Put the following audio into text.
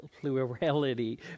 plurality